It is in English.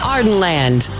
Ardenland